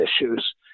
issues